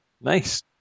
Nice